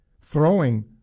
throwing